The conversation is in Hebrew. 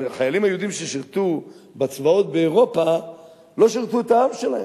אבל החיילים היהודים ששירתו בצבאות באירופה לא שירתו את העם שלהם.